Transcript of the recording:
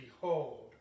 behold